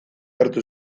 hartu